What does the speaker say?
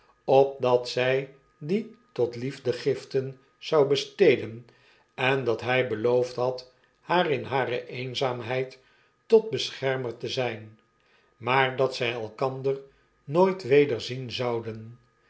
opdat zij die tot liefdegiften zou besteden en dat hy beloofd had haar in hare eenzaamheid tot beschermer te zijn maar dat zij elkander in p itmimm de bogenmakers doohter en de leebknaap h if x nooit weder zien zouden